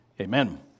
Amen